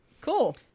Cool